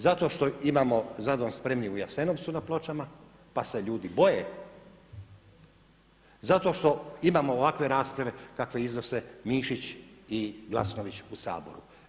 Zato što imamo „Za dom spremni“ u Jasenovcu na pločama pa se ljudi boje, zato što imamo ovakve rasprave kakve iznose Mišić i Glasnović u Saboru.